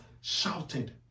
shouted